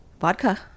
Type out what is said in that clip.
Vodka